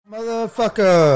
Motherfucker